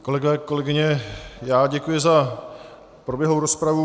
Kolegové, kolegyně, já děkuji za proběhlou rozpravu.